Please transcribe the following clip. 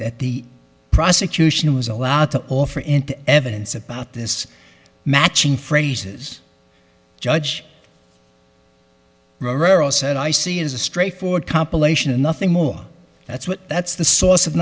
that the prosecution was allowed to offer into evidence about this matching phrases judge ross said i see is a straightforward compilation of nothing more that's what that's the source of